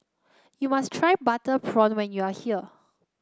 you must try Butter Prawn when you are here